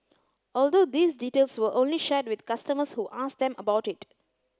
also these details were only shared with customers who asked them about it